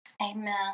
Amen